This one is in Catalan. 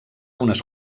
unes